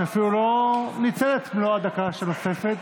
שאפילו לא ניצל את מלוא הדקה הנוספת.